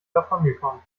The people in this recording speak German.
davongekommen